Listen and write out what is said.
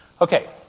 Okay